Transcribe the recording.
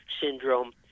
syndrome